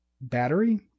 battery